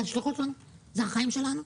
זה החיים שלנו,